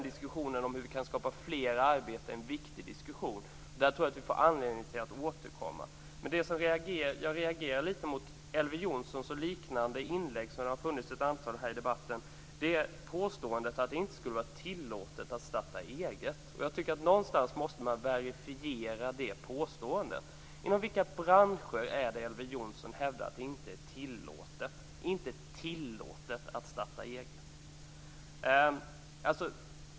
Diskussionen om hur fler arbeten kan skapas är viktig. Vi får anledning att återkomma till den. Jag reagerade mot Elver Jonssons inlägg och liknande inlägg i debatten. Det gäller påståendet att det inte skulle vara tillåtet att starta eget. Någonstans måste det påståendet verifieras. Inom vilka branscher är det inte tillåtet, Elver Jonsson, att starta eget?